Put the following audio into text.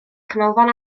canolfan